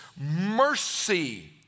mercy